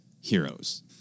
heroes